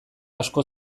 asko